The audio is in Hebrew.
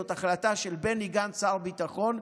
זאת החלטה של בני גנץ, שר הביטחון.